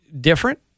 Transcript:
different